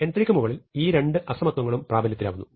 n3 ക്കു മുകളിൽ ഈ രണ്ട് അസമത്വങ്ങളും പ്രാബല്യത്തിലാവുന്നു